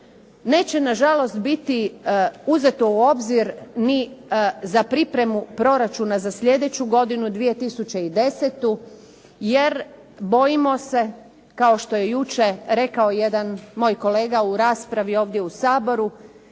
Neće nažalost biti uzeto u obzir ni za pripremu proračuna za sljedeću godinu, 2010., jer bojimo se kao što je jučer rekao jedan moj kolega u raspravi ovdje u Saboru,